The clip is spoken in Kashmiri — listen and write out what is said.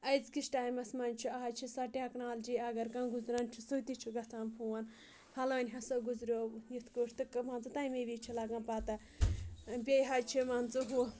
أزکِس ٹایمَس منٛز چھِ اَز چھِ سۄ ٹؠکنالجی اگر کانٛہہ گُزران چھُ سٮۭتِی چھُ گَژھان فون پھَلٲنۍ ہَسا گُزرِیَو یِتھ کٲٹھۍ تہٕ کہ مان ژٕ تَمے وِز چھِ لَگان پَتَہ بیٚیہِ حظ چھِ مان ژٕ ہُہ